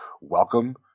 welcome